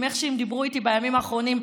איך שהם דיברו איתי בימים האחרונים,